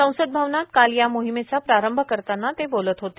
संसद भवनात काल या मोहिमेचा प्रारंभ करताना ते बोलत होते